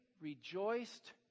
rejoiced